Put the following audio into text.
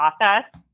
process